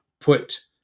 put –